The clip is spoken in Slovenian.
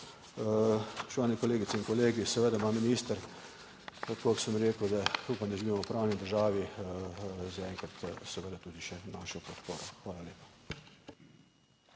Hvala.